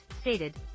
stated